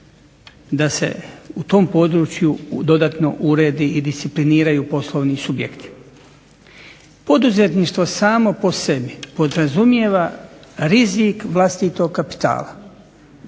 da se u tom području dodatno uredi i discipliniraju poslovni subjekti. Poduzetništvo samo po sebi podrazumijeva rizik vlastitog kapitala,